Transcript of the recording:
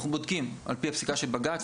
אנחנו בודקים לפי הפסיקה של בג"ץ,